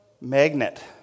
magnet